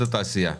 זה התעשייה.